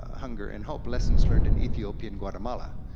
ah hunger and hope lessons learned in ethiopian guatemala.